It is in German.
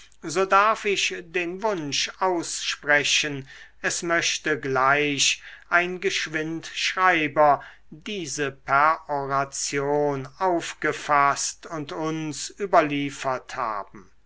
so darf ich den wunsch aussprechen es möchte gleich ein geschwindschreiber diese peroration aufgefaßt und uns überliefert haben